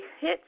hit